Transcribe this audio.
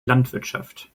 landwirtschaft